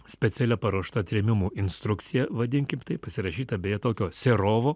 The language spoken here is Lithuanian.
specialia paruošta trėmimo instrukcija vadinkim taip pasirašyta beje tokio serovo